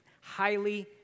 highly